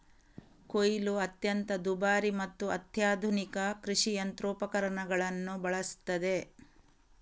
ಕೊಯ್ಲು ಅತ್ಯಂತ ದುಬಾರಿ ಮತ್ತು ಅತ್ಯಾಧುನಿಕ ಕೃಷಿ ಯಂತ್ರೋಪಕರಣಗಳನ್ನು ಬಳಸುತ್ತದೆ